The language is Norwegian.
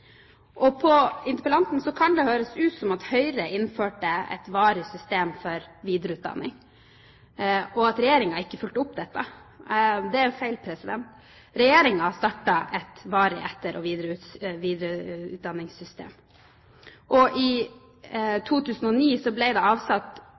På interpellanten kan det høres ut som om Høyre innførte et varig system for videreutdanning, og at Regjeringen ikke fulgte opp dette. Det er feil. Regjeringen startet et varig etter- og videreutdanningssystem, og i